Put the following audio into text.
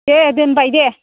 दे दोनबाय दे